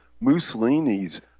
Mussolini's